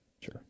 Sure